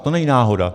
To není náhoda.